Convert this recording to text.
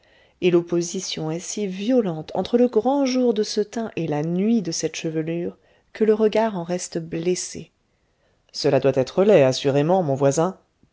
l'opposition est si violente entre le grand jour de ce teint et la nuit de cette chevelure que le regard en reste blessé cela doit être laid assurément mon voisin